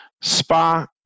spa